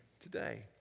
today